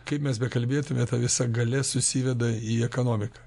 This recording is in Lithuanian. kai mes bekalbėtume ta visa galia susiveda į ekonomiką